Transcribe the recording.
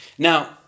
now